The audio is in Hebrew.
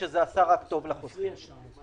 עשינו תיקונים בתקנות האלו.